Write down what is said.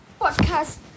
podcast